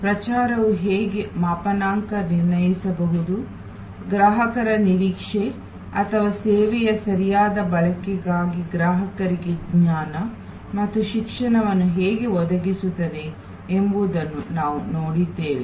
ಪ್ರಚಾರವು ಹೇಗೆ ಮಾಪನಾಂಕ ನಿರ್ಣಯಿಸಬಹುದು ಗ್ರಾಹಕರ ನಿರೀಕ್ಷೆ ಅಥವಾ ಸೇವೆಯ ಸರಿಯಾದ ಬಳಕೆಗಾಗಿ ಗ್ರಾಹಕರಿಗೆ ಜ್ಞಾನ ಮತ್ತು ಶಿಕ್ಷಣವನ್ನು ಹೇಗೆ ಒದಗಿಸುತ್ತದೆ ಎಂಬುದನ್ನು ನಾವು ನೋಡಿದ್ದೇವೆ